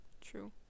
true